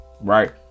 Right